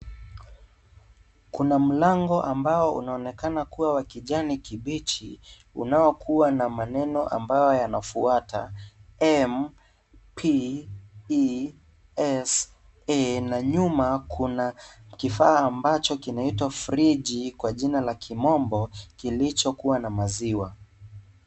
Kuna mlango ambao unaonekana kuwa wa kijanikibichi unaokua na maneno ambayo yanafuata M, P, E, S, A na nyuma kuna kifaa ambacho kinaitwa friji kwa jina la kimombo kilicho kuwa na maziwa.